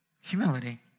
Humility